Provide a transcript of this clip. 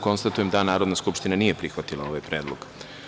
Konstatujem da Narodna skupština nije prihvatila predlog.